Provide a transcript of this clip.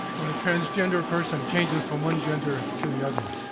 when a transgender person changes from one gender to the other.